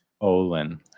Olin